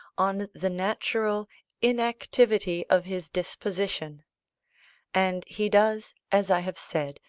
on the natural inactivity of his disposition and he does, as i have said,